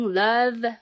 love